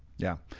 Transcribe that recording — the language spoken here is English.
yeah,